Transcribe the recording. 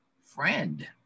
friend